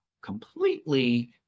completely